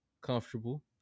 Comfortable